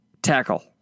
Tackle